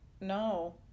No